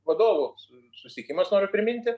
vadovų susitikimas noriu priminti